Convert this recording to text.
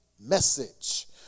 message